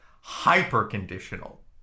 hyper-conditional